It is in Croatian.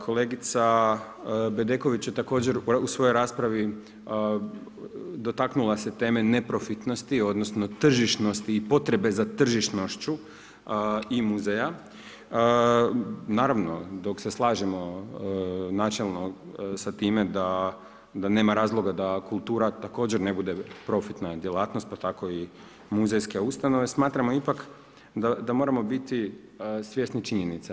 Kolegica Bedeković je također u svojoj raspravi dotaknula se teme neprofitnosti, odnosno tržišnosti i potrebe za tržišnoću i muzeja, naravno, dok se slažemo načelno sa time da nema razloga da kultura također ne bude profitna djelatnost pa tako i muzejske ustanove, smatramo ipak da moramo biti svjesni činjenica.